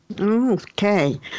Okay